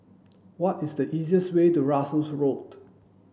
what is the easiest way to Russels Road